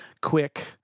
quick